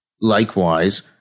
Likewise